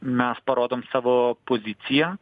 mes parodom savo poziciją